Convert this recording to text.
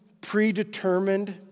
predetermined